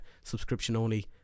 subscription-only